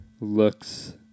looks